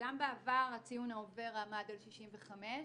שגם בעבר הציון העובר עמד על 65,